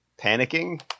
panicking